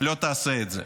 לא תעשה את זה.